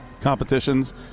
competitions